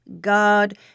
God